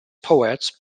poets